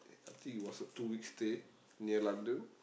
I think it was a two weeks stay near London